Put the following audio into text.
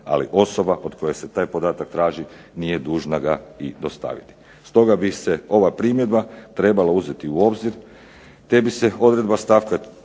ali osoba od koje se taj podatak traži nije dužna ga i dostaviti. Stoga bi se ova primjedba trebala uzeti u obzir, te bi se odredba stavka 3.